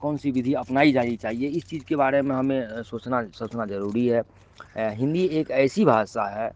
कौन सी विधी अपनाई जानी चाहिए इस चीज़ के बारे में हमें सोचना सोचना ज़रूरी है हिन्दी एक ऐसी भाषा है